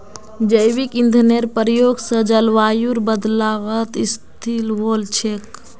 जैविक ईंधनेर प्रयोग स जलवायुर बदलावत स्थिल वोल छेक